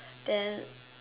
then